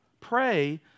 Pray